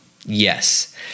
Yes